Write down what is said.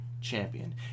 Champion